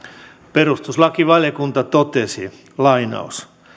perustuslakivaliokunta totesi